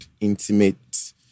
intimate